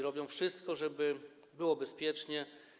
Robią wszystko, żeby było bezpiecznie.